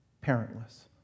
parentless